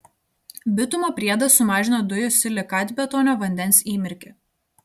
bitumo priedas sumažina dujų silikatbetonio vandens įmirkį